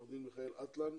עורך דין מיכאל אטלן,